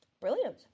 brilliant